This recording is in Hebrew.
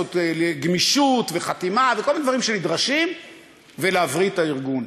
לעשות גמישות וחתימה וכל הדברים שנדרשים ולהבריא את הארגון.